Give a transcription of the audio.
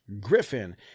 Griffin